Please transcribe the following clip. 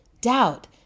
doubt